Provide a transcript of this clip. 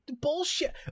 bullshit